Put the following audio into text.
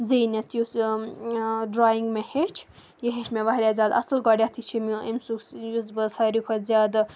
زیٖنِتھ یُس ڈرٛایِںٛگ مےٚ ہیٚچھ یہِ ہیٚچھ مےٚ واریاہ زیادٕ اَصٕل گۄڈٮ۪تھٕے چھِ میون أمِس یُس یُس بہٕ ساروی کھۄتہٕ زیادٕ